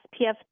SPF